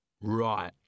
Right